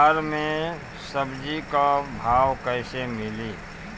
बाजार मे सब्जी क भाव कैसे मिली?